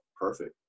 Perfect